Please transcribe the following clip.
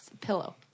pillow